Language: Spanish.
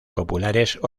populares